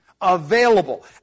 Available